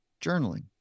journaling